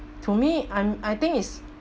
to me I'm I think is